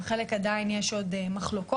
עם חלק עדיין יש עוד מחלוקות,